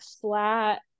flat